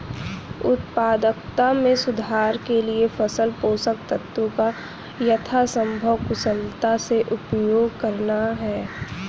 उत्पादकता में सुधार के लिए फसल पोषक तत्वों का यथासंभव कुशलता से उपयोग करना है